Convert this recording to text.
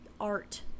art